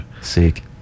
Sick